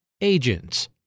Agents